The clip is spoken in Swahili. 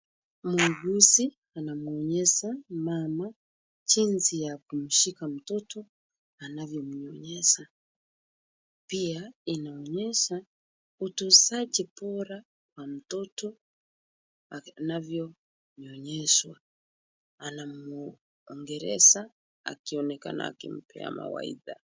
Muuguzi anamwonyesha mama jinsi ya kumshika mtoto anavyomnyonyesha. Pia inaonyesha utunzaji bora wa mtoto anavyonyonyeshwa. Anamwongelesha akionekana akimpea mawaidha.